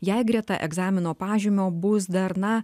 jei greta egzamino pažymio bus dar na